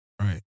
Right